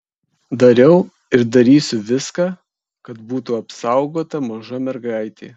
dariau ir darysiu viską kad būtų apsaugota maža mergaitė